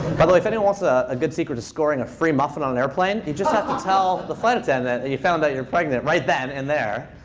by the way, if anyone wants ah a good secret of scoring a free muffin on an airplane, you just have to tell the flight attendant you found out you're pregnant right then and there.